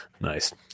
Nice